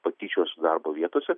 patyčios darbo vietose